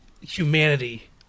humanity